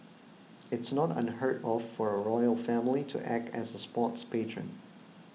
it's not unheard of for a royal family to act as a sports patron